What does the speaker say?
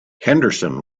henderson